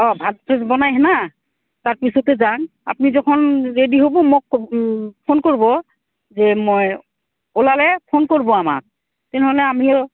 অঁ ভাত বনাইহেনা তাৰ পিছতে যাম আপুনি যখন ৰেডি হ'ব মোক ফোন কৰিব যে মই ওলালে ফোন কৰিব আমাক তেনেহ'লে আমিও